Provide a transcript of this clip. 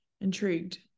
intrigued